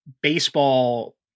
baseball